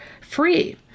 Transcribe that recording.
FREE